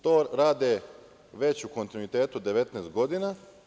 To rade u kontinuitetu već 19 godina.